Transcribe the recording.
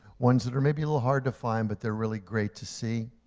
ones that are maybe a little hard to find, but they're really great to see.